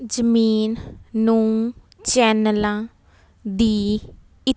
ਜ਼ਮੀਨ ਨੂੰ ਚੈਨਲਾਂ ਦੀ ਇੱਕ